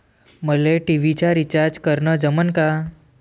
मले टी.व्ही चा रिचार्ज करन जमन का?